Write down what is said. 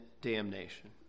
damnation